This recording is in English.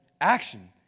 action